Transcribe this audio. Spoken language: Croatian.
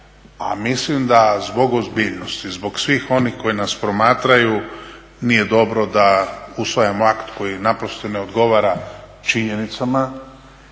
a mislim da zbog ozbiljnosti, zbog svih onih koji nas promatraju nije dobro da usvajamo akt koji naprosto ne odgovara činjenicama.